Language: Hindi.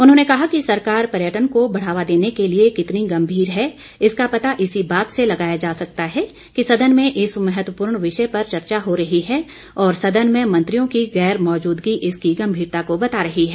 उन्होंने कहा कि सरकार पर्यटन को बढावा देने के लिए कितनी गंभीर है इस बात का पता इसी बात से लगाया जा सकता है कि सदन में इस महत्वपूर्ण विषय पर चर्चा हो रही है और सदन मंत्रियों की गैर मौजूदगी इस की गंभीरता को बता रही है